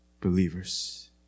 believers